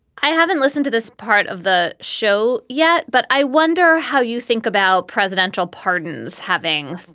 i haven't listened to this part of the show yet, but i wonder how you think about presidential pardons having,